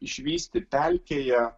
išvysti pelkėje